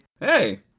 Hey